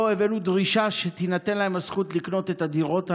פה הבאנו דרישה שתינתן להן הזכות לקנות את הדירות הללו.